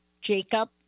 Jacob